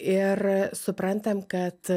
ir suprantam kad